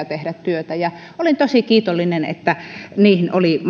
tehdä työtä ja olin tosi kiitollinen että niin oli